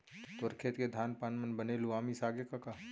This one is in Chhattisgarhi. तोर खेत के धान पान मन बने लुवा मिसागे कका?